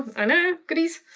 i know. goodies,